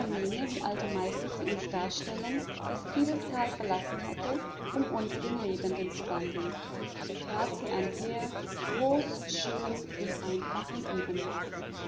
wie alte meister sie uns darstellen das piedestal verlassen hätte um unter den lebenden zu wandeln so trat sie einher groß schön im einfachen ebenmaß